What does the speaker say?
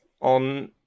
on